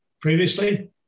previously